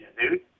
dude